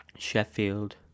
Sheffield